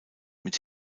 mit